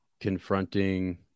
confronting